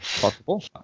Possible